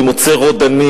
אני מוצא רודנים,